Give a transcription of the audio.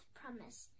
promise